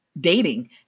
dating